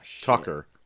Tucker